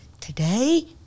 Today